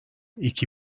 iki